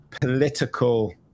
political